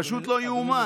פשוט לא ייאמן.